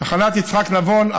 תחנת יצחק נבון,